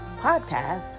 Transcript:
podcast